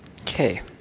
Okay